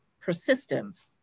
Persistence